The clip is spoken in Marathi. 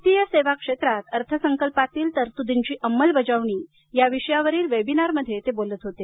वित्तीय सेवा क्षेत्रात अर्थसंकल्पातील तरतूदींची अंमलबजावणी या विषयावरील वेबिनारमध्ये बोलत होते